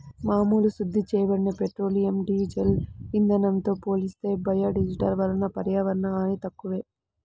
మామూలు శుద్ధి చేయబడిన పెట్రోలియం, డీజిల్ ఇంధనంతో పోలిస్తే బయోడీజిల్ వలన పర్యావరణ హాని తక్కువే